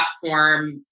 platform